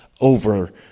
over